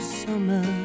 summer